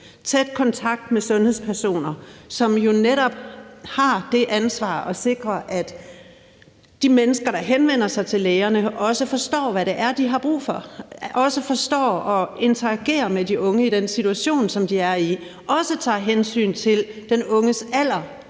tæt kontakt med sundhedspersoner, som jo netop har det ansvar at sikre, at de mennesker, der henvender sig til lægerne, også forstår, hvad det er, de har brug for; også forstår at interagere med de unge i den situation, som de er i; også tager hensyn til den unges alder,